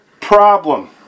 problem